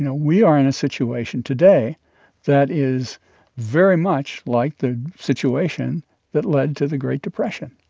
and we are in a situation today that is very much like the situation that led to the great depression.